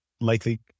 likely